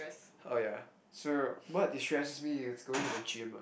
oh ya so what destresses me is going to the gym